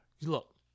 look